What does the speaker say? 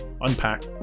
unpack